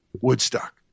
woodstock